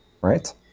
right